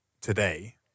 today